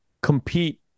compete